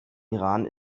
iran